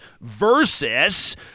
versus